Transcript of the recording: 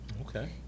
Okay